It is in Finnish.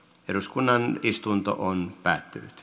eduskunnan istunto on päättynyt